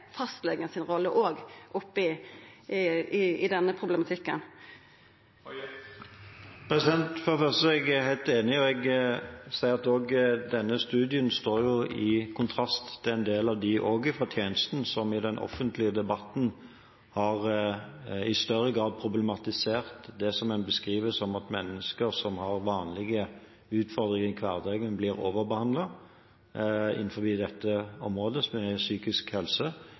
rolle òg oppi denne problematikken. For det første er jeg helt enig. Jeg ser også at denne studien står i kontrast til en del av dem som – også fra tjenesten – i den offentlige debatten i større grad har problematisert det som en beskriver som at mennesker som har vanlige utfordringer i hverdagen, blir overbehandlet innenfor dette området, som er psykisk helse.